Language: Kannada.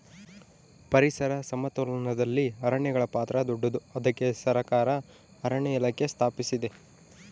ಪರಿಸರ ಸಮತೋಲನದಲ್ಲಿ ಅರಣ್ಯಗಳ ಪಾತ್ರ ದೊಡ್ಡದು, ಅದಕ್ಕೆ ಸರಕಾರ ಅರಣ್ಯ ಇಲಾಖೆ ಸ್ಥಾಪಿಸಿದೆ